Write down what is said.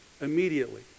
Immediately